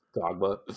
Dogma